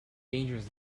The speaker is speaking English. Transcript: dangerous